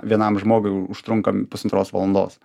vienam žmogui užtrunkam pusantros valandos